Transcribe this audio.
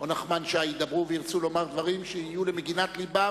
ונחמן שי ידברו וירצו לומר דברים שיהיו למגינת לבם